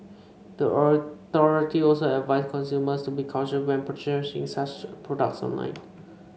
the authority also advised consumers to be cautious when purchasing such products online